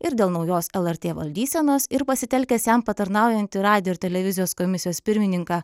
ir dėl naujos lrt valdysenos ir pasitelkęs jam patarnaujantį radijo ir televizijos komisijos pirmininką